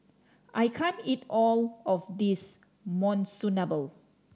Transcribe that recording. I can't eat all of this Monsunabe